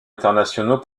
internationaux